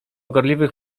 gorliwych